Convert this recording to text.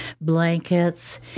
blankets